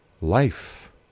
life